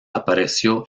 apareció